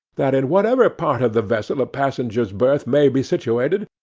that in whatever part of the vessel a passenger's berth may be situated,